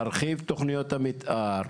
להרחיב את תכניות המתאר,